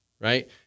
right